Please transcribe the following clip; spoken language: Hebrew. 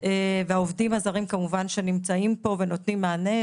והעובדים הזרים כמובן נמצאים פה ונותנים מענה,